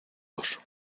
dos